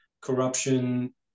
corruption